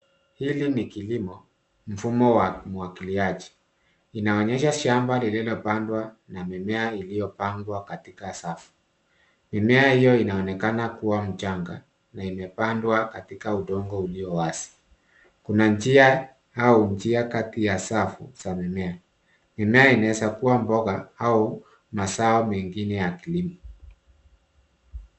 Hili ni kilimo mfumo wa umwagiliaji. Inaonyesha shamba lililopandwa na mimea iliyopandwa katika safu. Mimea hiyo inaonekana kuwa michanga na imepandwa katika udongo ulio wazi. Kuna njia au njia kati ya safu za mimea. Mimea inaweza kuwa mboga au mazao mengine ya kilimo.